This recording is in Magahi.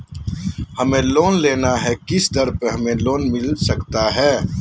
हमें लोन लेना है किस दर पर हमें लोन मिलता सकता है?